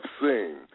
seen